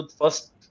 first